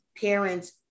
parents